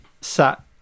sat